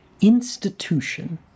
institution